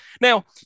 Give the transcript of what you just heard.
Now